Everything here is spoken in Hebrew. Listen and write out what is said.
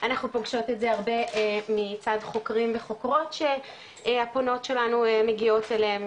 אנחנו פוגשות את זה הרבה מצד חוקרים וחוקרות שהפונות שלנו מגיעות אליהם,